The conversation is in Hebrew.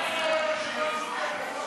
ההצעה להסיר